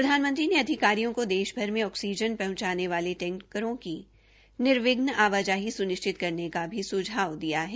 प्रधानमंत्री ने अधिकारियों को देशभर में ऑक्सीजन पहुंचाने वाले टैकटरों की निर्विघ्न आवाजाही स्निश्चित करने का भी सुझाव दिया है